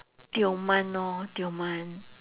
tioman lor tioman